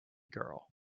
girl